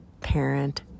parent